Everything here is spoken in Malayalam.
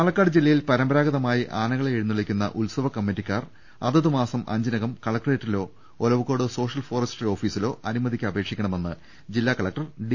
പാലക്കാട് ജില്ലയിൽ പരമ്പരാഗതമായി ആനകളെ എഴുന്നള്ളിക്കുന്ന ഉത്സവ കമ്മിറ്റിക്കാർ അതത് മാസം അഞ്ചിനകം കലക്ടറേറ്റിലോ ഒലവക്കോട് സോഷ്യൽ ഫോറസ്ട്രി ഓഫീസിലോ അനുമതിക്ക് അപേക്ഷിക്കണമെന്ന് ജില്ലാ കലക്ടർ ഡി